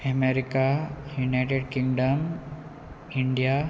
America United Kingdom India